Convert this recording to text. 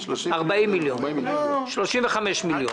40 מיליון שקל, 35 מיליון שקל.